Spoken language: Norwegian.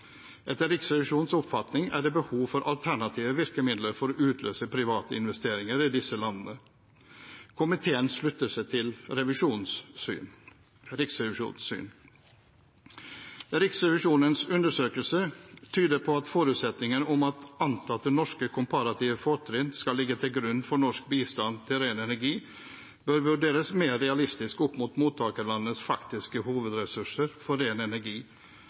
Etter Riksrevisjonens oppfatning er det behov for alternative virkemidler for å utløse private investeringer i disse landene. Komiteen slutter seg til Riksrevisjonens syn. Riksrevisjonens undersøkelse tyder på at forutsetningen om at antatte norske komparative fortrinn skal ligge til grunn for norsk bistand til ren energi, bør vurderes mer realistisk opp mot mottakerlandenes faktiske hovedressurser for ren energi